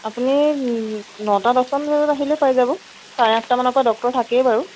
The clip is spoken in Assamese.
আপুনি নটা দহটা মান বজাত আহিলে পাই যাব চাৰে আঠটা মানৰ পৰা ডক্টৰ থাকেই বাৰু